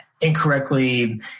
incorrectly